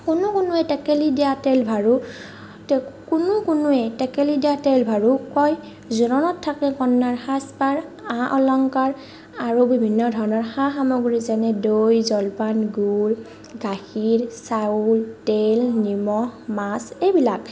কোনো কোনোৱে টেকেলি দিয়া তেলভাৰো তেওঁক কোনো কোনোৱে টেকেলি দিয়া তেলভাৰো কয় জোৰোণত থাকে কইনা সাজপাৰ আ অলংকাৰ আৰু বিভিন্ন ধৰণৰ সা সামগ্ৰী যেনে দৈ জলপান গুৰ গাখীৰ চাউল তেল নিমখ মাছ এইবিলাক